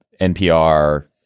npr